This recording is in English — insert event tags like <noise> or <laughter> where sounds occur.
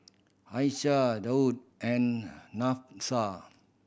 Aisyah Daud and <unintelligible>